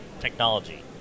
technology